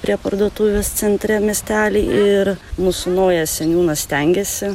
prie parduotuvės centre miestely ir mūsų naujas seniūnas stengiasi